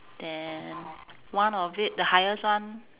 then one of it the highest one